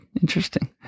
interesting